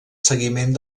seguiment